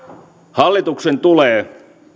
hallituksen tulee